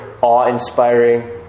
awe-inspiring